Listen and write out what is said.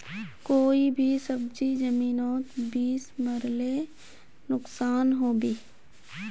कोई भी सब्जी जमिनोत बीस मरले नुकसान होबे?